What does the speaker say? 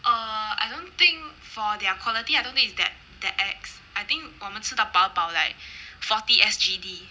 err I don't think for their quality I don't think it's that that ex~ I think 我们吃到饱饱 like forty S_G_D